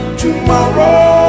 tomorrow